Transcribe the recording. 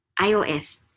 ios